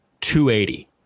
280